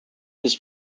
his